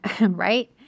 right